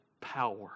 power